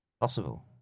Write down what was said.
possible